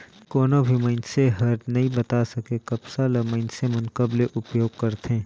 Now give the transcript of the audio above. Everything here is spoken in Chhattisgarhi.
कोनो भी मइनसे हर नइ बता सके, कपसा ल मइनसे मन कब ले उपयोग करथे